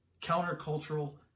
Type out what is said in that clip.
countercultural